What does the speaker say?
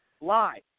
Lie